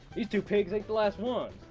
these two pigs ate the last ones.